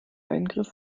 eingriff